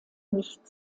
nicht